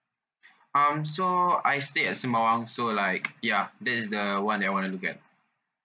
um so I stay at sembawang so like ya that is the one that I want to look at